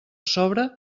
sobre